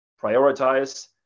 prioritize